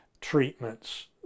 treatments